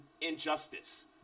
injustice